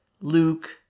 Luke